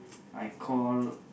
I call